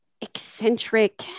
eccentric